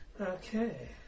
Okay